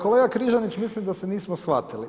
Kolega Križanić, mislim da se nismo shvatili.